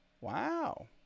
Wow